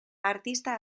artista